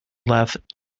left